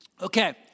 Okay